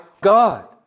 God